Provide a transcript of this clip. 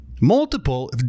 multiple